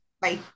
Bye